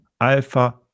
Alpha